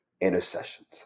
Intercessions